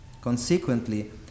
Consequently